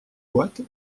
boite